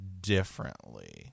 Differently